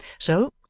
so,